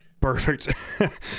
Perfect